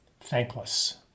thankless